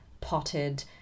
potted